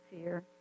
fear